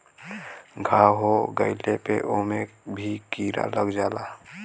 घाव हो गइले पे ओमे भी कीरा लग जाला